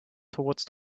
towards